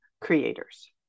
creators